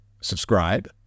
subscribe